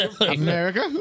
America